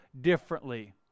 differently